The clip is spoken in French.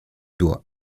doigt